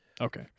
Okay